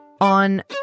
On